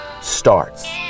starts